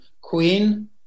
Queen